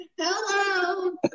Hello